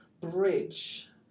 bridge